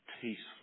peaceful